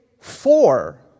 four